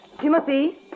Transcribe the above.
Timothy